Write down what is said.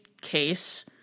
case